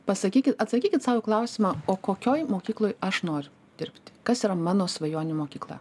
pasakyki atsakykit sau klausimą o kokioj mokykloj aš noriu dirbti kas yra mano svajonių mokykla